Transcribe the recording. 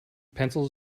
pencils